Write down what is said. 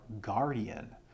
guardian